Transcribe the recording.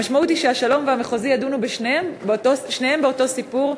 המשמעות היא שהשלום והמחוזי ידונו שניהם באותו סיפור,